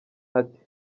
ati